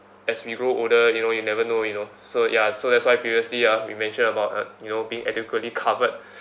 as we grow older you know you never know you know so ya so that's why previously ah we mention about uh you know being adequately covered